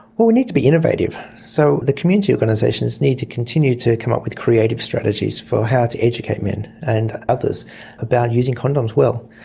well, we need to be innovative. so the community organisations need to continue to come up with creative strategies for how to educate men and others about using condoms well.